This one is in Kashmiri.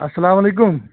السلام علیکُم